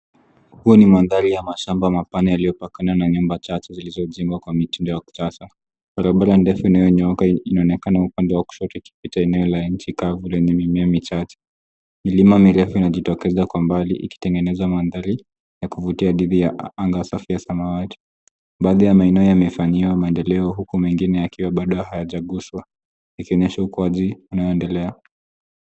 Huo ni mandhari ya mashamba yaliyopakana na nyumba chache zilizojengwa kwa mitindo ya kisasa. Barabara ndefu iliyonyooka inaonekana upande wa kushoto ikipita eneo la nchi kavu lenye mimea michache. Milima mirefu inajitokeza kwa mbali ikitengeneza mandhari ya kuvutia didhi ya anga safi ya samawati. Baadhi ya maeneo yamefanyiwa maendeleo, huku mengine yakiwa bado hayajaguswa ikionyesha ukuaji inayoendelea.